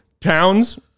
towns